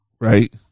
right